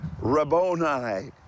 Rabboni